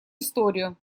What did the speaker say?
историю